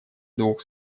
двух